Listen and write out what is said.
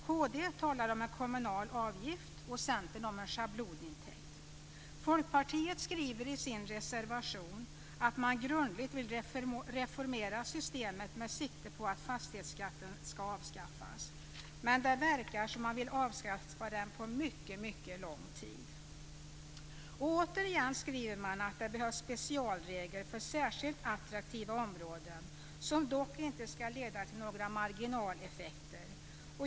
Kd talar om en kommunal avgift och Centern om en schablonintäkt. Folkpartiet skriver i sin reservation att man grundligt vill reformera systemet med sikte på att fastighetsskatten ska avskaffas. Men det verkar som om man vill avskaffa den på mycket, mycket lång tid. Återigen skriver man också att det behövs specialregler för särskilt attraktiva områden som dock inte ska leda till några marginaleffekter.